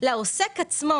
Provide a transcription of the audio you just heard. לעוסק עצמו